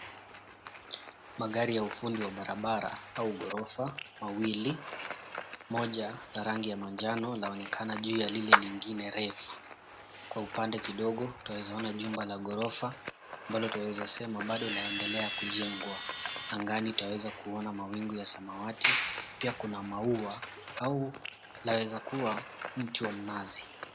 Magari ya ufundi wa barabara au ghorofa mawili, moja la rangi ya manjano laonekana juu ya lile lingine refu. Kwa upande kidogo twaeza ona jumba la ghorofa ambalo twaeza sema bado laendelea kujengwa. Angani twaeza kuona mawingu ya samawati. Pia kuna maua au laweza kuwa mti wa mnazi.